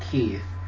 Keith